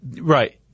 Right